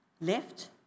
left